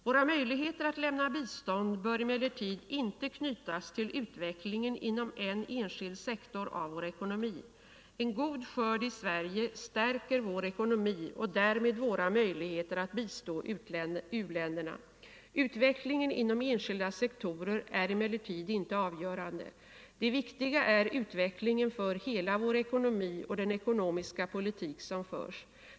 Våra möjligheter att lämna bistånd bör emellertid inte knytas till utvecklingen inom en enskild sektor av vår ekonomi. En god skörd i Sverige stärker vår ekonomi och därmed våra möjligheter att bistå u-länderna. Utvecklingen inom enskilda sektorer är emellertid inte avgörande. Det viktiga är utvecklingen för hela vår ekonomi och den ekonomiska politik som förs.